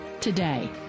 Today